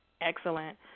excellent